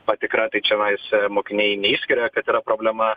patikra tai čianais mokiniai neišskiria kas yra problema